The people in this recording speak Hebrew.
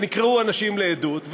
ונקראו אנשים לעדות,